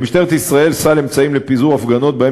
למשטרת ישראל סל אמצעים לפיזור הפגנות שבהם